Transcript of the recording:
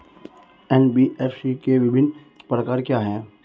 NBFC के विभिन्न प्रकार क्या हैं?